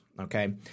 okay